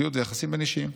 משפחתיות ויחסים בין-אישיים.